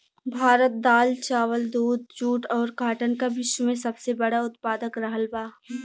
भारत दाल चावल दूध जूट और काटन का विश्व में सबसे बड़ा उतपादक रहल बा